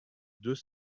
deux